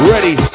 Ready